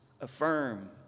affirm